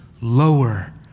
lower